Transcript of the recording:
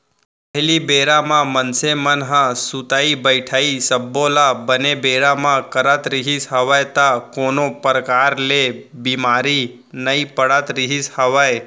पहिली बेरा म मनसे मन ह सुतई बइठई सब्बो ल बने बेरा म करत रिहिस हवय त कोनो परकार ले बीमार नइ पड़त रिहिस हवय